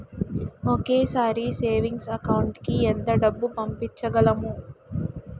ఒకేసారి savings account కి ఎంత డబ్బు పంపించగలము?